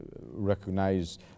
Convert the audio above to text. recognize